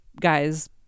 guys